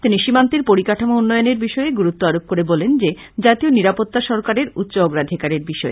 তিনি সীমান্তের পরিকাঠামো উন্নয়নের বিষয়ে গুরুত্ব আরোপ করে বলেন যে জাতীয় নিরাপত্তা সরকারের উচ্চ অগ্রাধিকারের বিষয়